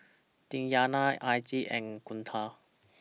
Diyana Aziz and Guntur